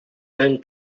hind